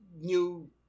new